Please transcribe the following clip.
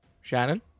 Shannon